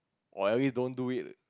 !wah! at least don't do it